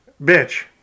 Bitch